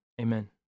Amen